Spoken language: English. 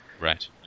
Right